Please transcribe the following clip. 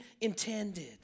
intended